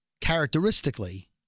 characteristically